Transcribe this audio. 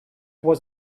was